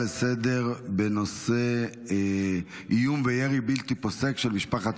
לסדר-היום בנושא: איום וירי בלתי פוסק של משפחת